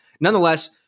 nonetheless